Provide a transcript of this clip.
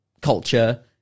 culture